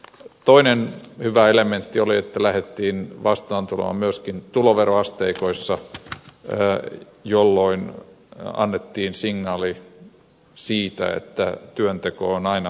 toinen hyvä elementti oli että lähdettiin vastaan tulemaan myöskin tuloveroasteikoissa jolloin annettiin signaali siitä että työnteko on aina kannattavaa